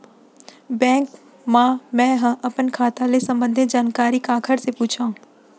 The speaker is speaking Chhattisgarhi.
बैंक मा मैं ह अपन खाता ले संबंधित जानकारी काखर से पूछव?